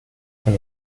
son